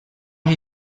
j’y